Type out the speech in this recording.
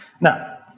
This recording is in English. Now